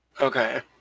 Okay